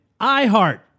iHeart